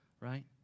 Right